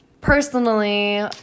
personally